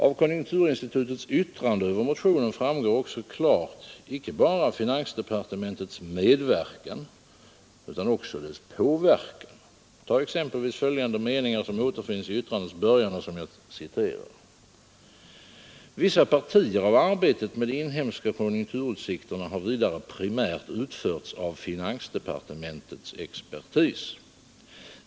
Av konjunkturinstitutets yttrande över motionen framgår också klart icke bara finansdepartementets medverkan utan också dess påverkan. Ta exempelvis följande meningar, som återfinns i yttrandets början och som jag citerar: ”Vissa partier av arbetet med de inhemska konjunktur utsikterna har vidare primärt utförts av finansdepartementets expertis.